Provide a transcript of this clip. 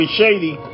shady